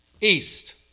east